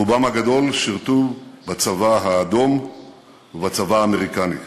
רובם הגדול שירתו בצבא האדום ובצבא האמריקני.